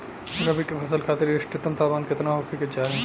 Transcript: रबी क फसल खातिर इष्टतम तापमान केतना होखे के चाही?